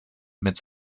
mit